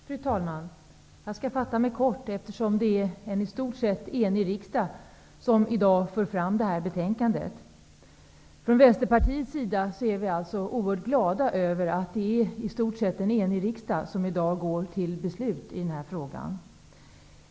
Fru talman! Jag skall fatta mig kort eftersom det är ett i stort sett enigt utskott som i dag för fram det här betänkandet. Vi i Vänsterpartiet är oerhört glada över att det är en i stort sett enig riksdag som i dag går till beslut i den här frågan.